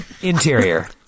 Interior